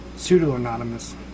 pseudo-anonymous